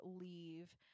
leave